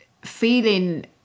feeling